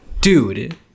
dude